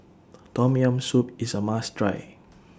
Tom Yam Soup IS A must Try